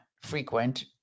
frequent